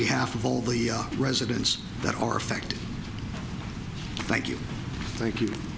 behalf of all the residents that are affected thank you thank you